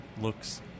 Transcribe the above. looks